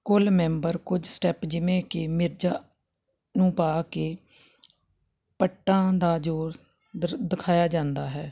ਕੁੱਲ ਮੈਂਬਰ ਕੁਝ ਸਟੈਪ ਜਿਵੇਂ ਕਿ ਮਿਰਜ਼ਾ ਨੂੰ ਪਾ ਕੇ ਪੱਟਾਂ ਦਾ ਜ਼ੋਰ ਦਿਖਾਇਆ ਜਾਂਦਾ ਹੈ